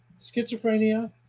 Schizophrenia